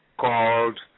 called